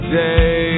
day